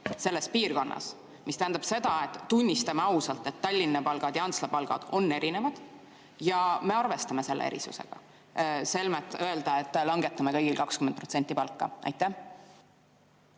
selles piirkonnas? See tähendab seda, et me tunnistame ausalt, et Tallinna palgad ja Antsla palgad on erinevad, ja me arvestame selle erisusega, selmet öelda, et langetame kõigil 20% palka. Aitäh,